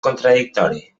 contradictori